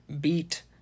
Beat